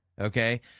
Okay